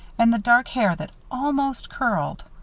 and the dark hair that almost curled.